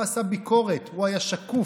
הוא עשה ביקורת, הוא היה שקוף,